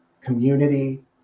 community